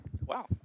wow